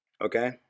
Okay